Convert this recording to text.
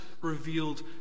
revealed